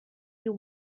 you